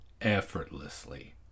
effortlessly